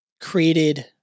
created